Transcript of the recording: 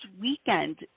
weekend